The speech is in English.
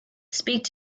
speak